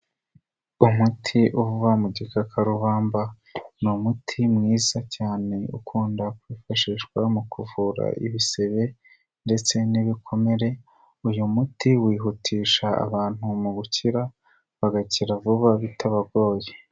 Umuti uva mu gikakarubamba, ni umuti mwiza cyane ukunda kwifashishwa mu kuvura ibisebe ndetse n'ibikomere, uyu muti wihutisha abantu mu bukira, bagakira vuba bitabagoye.